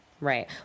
Right